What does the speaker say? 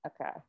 Okay